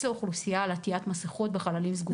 לאוכלוסייה על עטיית מסיכות בחללים סגורים.